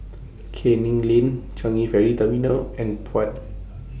Canning Lane Changi Ferry Terminal and Puat